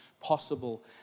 possible